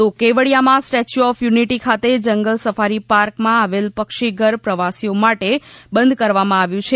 તો કેવડીયામાં Statue of Unity ખાતે જંગલ સફારીપાર્કમાં આવેલ પક્ષી ઘર પ્રવાસીઓ માટે બંધ કરવામાં આવ્યું છે